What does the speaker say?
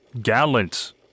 gallant